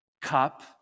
cup